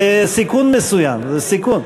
זה סיכון מסוים, זה סיכון.